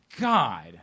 God